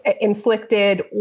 inflicted